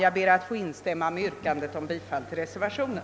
Jag ber att få instämma i yrkandet om bifall till reservationen.